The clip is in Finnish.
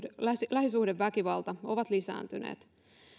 lähisuhdeväkivalta ovat lisääntyneet